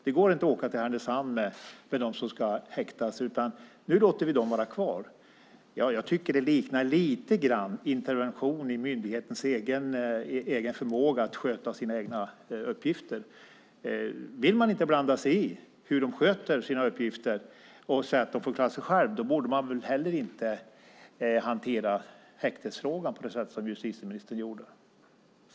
Det går inte att åka till Härnösand med dem som ska häktas, utan nu låter vi de här platserna vara kvar. Jag tycker att det lite grann liknar intervention i myndighetens egen förmåga att sköta sina egna uppgifter. Vill man inte blanda sig i hur de sköter sina uppgifter och säger man att de får klara sig själva borde man väl heller inte hantera häktesfrågan på det sätt som justitieministern gjorde?